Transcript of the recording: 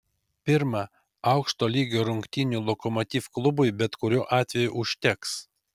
pirma aukšto lygio rungtynių lokomotiv klubui bet kuriuo atveju užteks